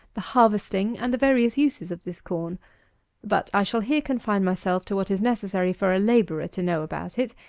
the harvesting, and the various uses of this corn but i shall here confine myself to what is necessary for a labourer to know about it,